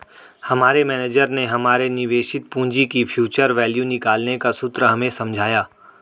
हमारे मेनेजर ने हमारे निवेशित पूंजी की फ्यूचर वैल्यू निकालने का सूत्र हमें समझाया